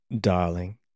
darling